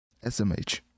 smh